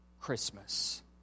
Christmas